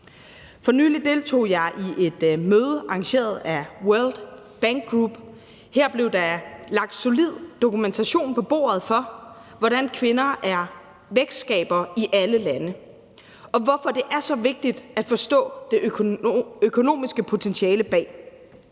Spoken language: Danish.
For nylig deltog jeg i et møde arrangeret af World Bank Group, og her blev der lagt solid dokumentation på bordet for, hvordan kvinder er vækstskabere i alle lande, og hvorfor det er så vigtigt at forstå det økonomiske potentiale bag